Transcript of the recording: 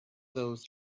those